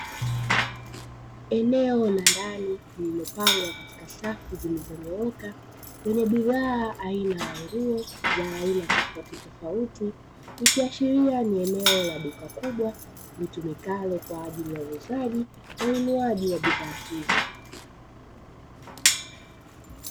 Eneo la ndani lililopangwa katika safu zilizonyooka zenye bidhaa aina ya nguo ya aina tofautitofauti, ikiashiria ni eneo la duka kubwa litumikalo kwa ajili ya uuzaji na ununuaji wa bidhaa hizo.